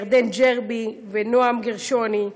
ירדן ג'רבי ונועם גרשוני,